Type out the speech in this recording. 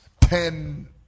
ten